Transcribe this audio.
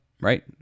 Right